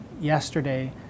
yesterday